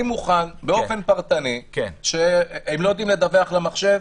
אני מוכן באופן פרטני, שהם לא יודעים לדווח למחשב?